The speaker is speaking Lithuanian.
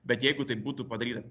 bet jeigu tai būtų padaryta